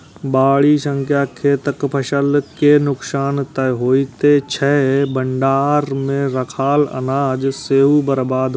बाढ़ि सं खेतक फसल के नुकसान तं होइते छै, भंडार मे राखल अनाज सेहो बर्बाद होइ छै